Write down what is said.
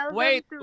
wait